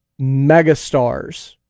megastars